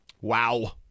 Wow